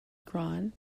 gran